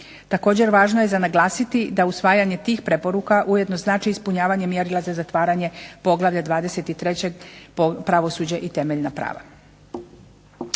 Također, važno je za naglasiti da usvajanje tih preporuka ujedno znači ispunjavanje mjerila za zatvaranje Poglavlja 23. – Pravosuđe i temeljna prava.